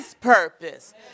purpose